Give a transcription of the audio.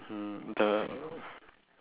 um the